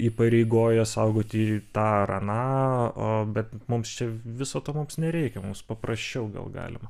įpareigoja saugoti tą ar aną o bet mums čia viso to mums nereikia mums paprasčiau gal galima